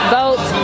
vote